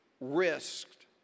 Risked